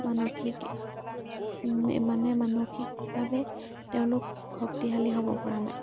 মানসিক মানে মানসিকভাৱে তেওঁলোক শক্তিশালী হ'ব পৰা নাই